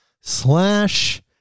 slash